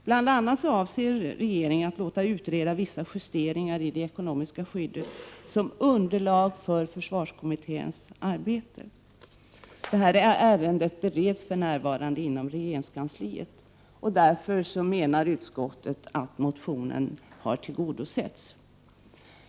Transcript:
Bl.a. avser regeringen att låta utreda vissa justeringar i det ekonomiska skyddet som underlag för försvarskommitténs arbete. Ärendet bereds för närvarande inom regeringskansliet. Utskottet anser därmed att motionen har tillgodosetts.